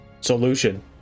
solution